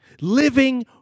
living